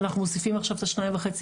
אנחנו מוסיפים עכשיו את השניים וחצי